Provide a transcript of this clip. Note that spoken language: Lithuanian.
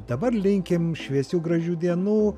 dabar linkim šviesių gražių dienų